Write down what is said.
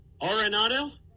Arenado